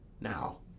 now,